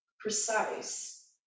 precise